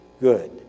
good